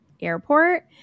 airport